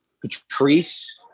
Patrice